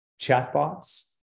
chatbots